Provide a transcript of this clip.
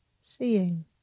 Seeing